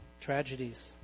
tragedies